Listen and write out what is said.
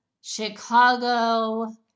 Chicago